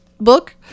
book